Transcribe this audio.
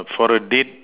for a date